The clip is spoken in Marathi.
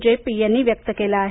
जे पी यांनी व्यक्त केलं आहे